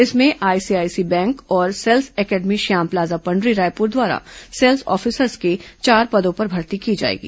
इसमें ICICI bank और sales academy Shyam plaza Pandri Raipur द्वारा सेल्स ऑफिसर्स के चार पदों पर भर्ती की जाएगी